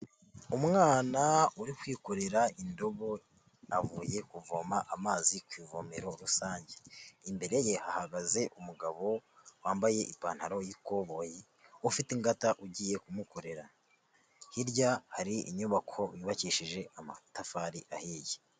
Umwana uri kwikorera indobo, avuye kuvoma amazi ku ivomero rusange. Imbere ye hahagaze umugabo wambaye ipantaro y'ikoboyi, ufite ingata ugiye kumukorera. Hirya hari inyubako yubakishije amatafari ahiye.